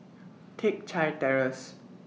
Teck Chye Terrace